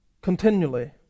continually